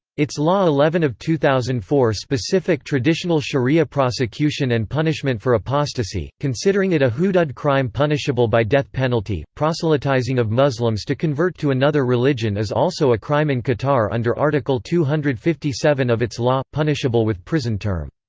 its law eleven of two thousand and four specific traditional sharia prosecution and punishment for apostasy, considering it a hudud crime punishable by death penalty proselytizing of muslims to convert to another religion is also a crime in qatar under article two hundred and fifty seven of its law, punishable with prison term.